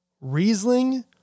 Riesling